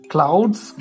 Clouds